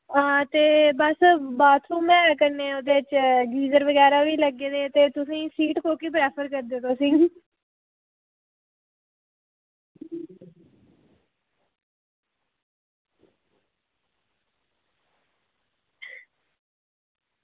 आं ते बस बाथरूम ऐ कन्नै ओह्दे गीज़र बगैरा बी लग्गे दे ते सीट केह्ड़ी प्रेफर करदे तुस